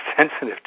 sensitive